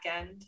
end